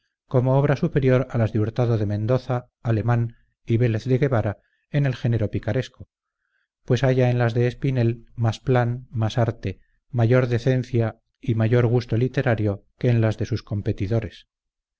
como obra superior a las de hurtado de mendoza alemán y vélez de guevara en el género picaresco pues halla en las de espinel más plan más arte mayor decencia y mayor decencia y mayor gusto literario que en las de sus competidores